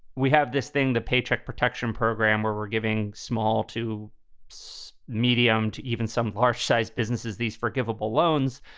we have this thing, the paycheck protection program, where we're giving small to so medium to even some large sized businesses, these forgivable loans.